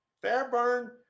Fairburn